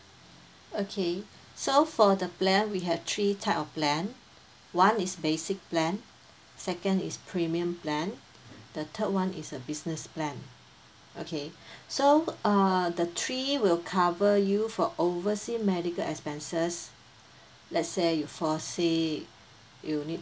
okay so for the plan we have three type of plan one is basic plan second is premium plan the third one is a business plan okay so err the three will cover you for oversea medical expenses let's say you fall sick you need